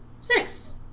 six